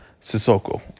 Sissoko